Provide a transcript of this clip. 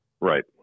Right